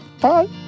Bye